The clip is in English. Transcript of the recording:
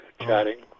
Chatting